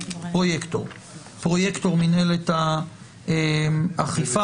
פרויקטור מינהלת האכיפה.